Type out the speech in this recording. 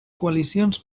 coalicions